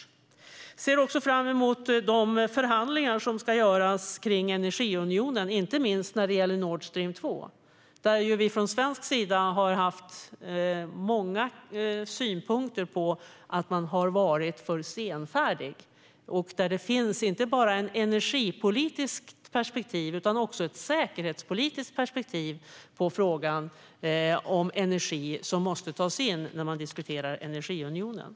Vi ser också fram emot de förhandlingar som ska genomföras om energiunionen, inte minst när det gäller Nord Stream 2, där vi från svensk sida har haft många synpunkter på att man har varit för senfärdig. Det finns inte bara ett energipolitiskt perspektiv utan också ett säkerhetspolitiskt perspektiv på frågan om energi som måste tas in när man diskuterar energiunionen.